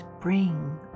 bring